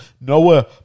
Noah